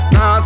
Now